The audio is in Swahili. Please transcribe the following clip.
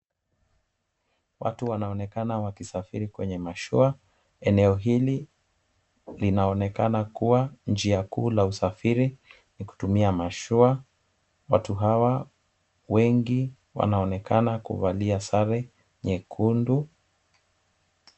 Watu wanaonekana wakisafiri kwenye mashua. Eneo hili linaonekana kuwa njia kuu la usafiri ni kutumia mashua. Watu hawa wengi wanaonekana kuvalia sare nyekundu.